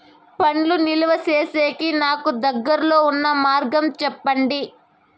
పండ్లు నిలువ సేసేకి నాకు దగ్గర్లో ఉన్న మార్గం చెప్పండి?